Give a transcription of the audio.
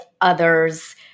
others